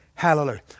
Hallelujah